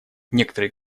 некоторые